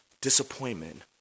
Disappointment